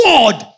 God